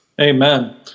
Amen